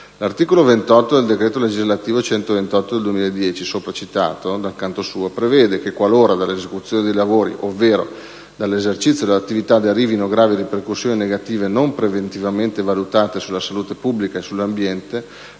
L'articolo 28 del decreto legislativo n. 128 del 2010 sopra citato, dal canto suo, prevede che, qualora dall'esecuzione dei lavori, ovvero dall'esercizio dell'attività derivino gravi ripercussioni negative, non preventivamente valutate, sulla salute pubblica e sull'ambiente,